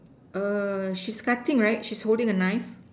err she's cutting right she's holding a knife